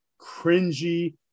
cringy